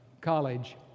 college